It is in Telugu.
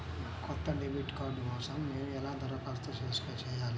కొత్త డెబిట్ కార్డ్ కోసం నేను ఎలా దరఖాస్తు చేయాలి?